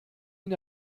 ihn